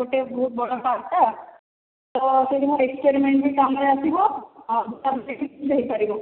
ଗୋଟେ ବହୁତ ବଡ଼ ପାର୍କ ଟା ତ ସେଇଠି ମୋର ଏକ୍ସପେରିମେଣ୍ଟ୍ ବି କାମରେ ଆସିବ ଆଉ ତା ଥେସିସ୍ ହେଇପାରିବ